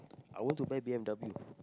I want to buy b_m_w